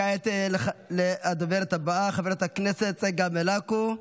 כעת הדוברת הבאה, חברת הכנסת צגה מלקו.